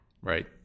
Right